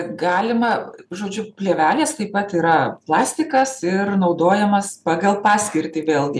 galima žodžiu plėvelės taip pat yra plastikas ir naudojamas pagal paskirtį vėlgi